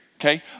okay